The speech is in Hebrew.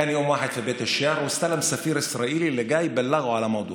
היה יום אחד בפרלמנט וקיבל את פני שגריר ישראל שבא לדווח לו על נושא,